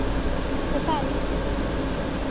ᱥᱮᱛᱟᱜ ᱟᱹᱭᱩᱵ